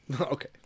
Okay